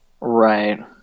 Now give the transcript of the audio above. Right